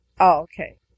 okay